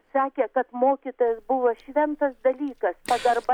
sakė kad mokytojas buvo šventas dalykas pagarba